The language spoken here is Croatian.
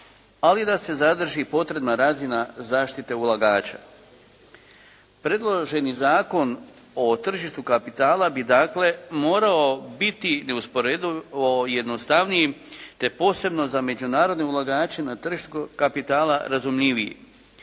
ali da se zadrži potrebna razina zaštite ulagača. Predloženi Zakon o tržištu kapitala bi dakle morao biti neusporedivo jednostavniji te posebno za međunarodne ulagače na tržištu kapitala razumljiviji.